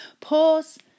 Pause